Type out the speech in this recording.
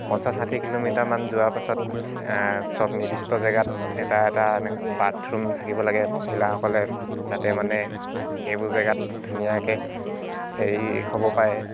পঞ্চাছ ষাঠি কিলোমিটাৰমান যোৱাৰ পাছত চব নিৰ্দিষ্ট জেগাত এটা এটা এনেকৈ বাথৰুম থাকিব লাগে মহিলাসকলে যাতে মানে সেইবোৰ জেগাত ধুনীয়াকৈ হেৰি হ'ব পাৰে